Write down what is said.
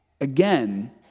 again